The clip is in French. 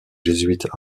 jésuites